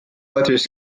letters